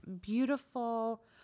Beautiful